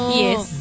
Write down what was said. yes